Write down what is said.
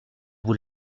vous